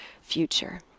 future